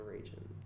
region